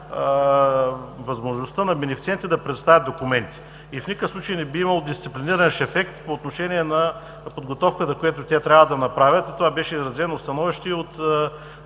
възможността на бенефициентите да предоставят документи и в никакъв случай не би имало дисциплиниращ ефект по отношение на подготовката, която те трябва да направят. Това становище беше изразено от